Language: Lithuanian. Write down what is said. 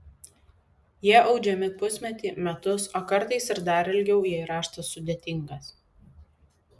jie audžiami pusmetį metus o kartais ir dar ilgiau jei raštas sudėtingas